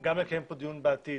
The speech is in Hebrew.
גם לקיים פה דיון בעתיד,